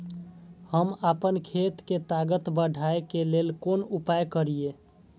हम आपन खेत के ताकत बढ़ाय के लेल कोन उपाय करिए?